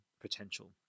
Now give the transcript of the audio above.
potential